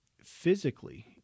physically